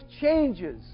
changes